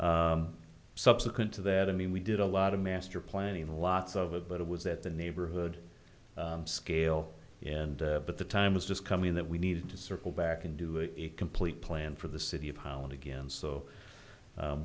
two subsequent to that i mean we did a lot of master planning lots of it but it was at the neighborhood scale and but the time was just coming that we needed to circle back and do it a complete plan for the city of holland again so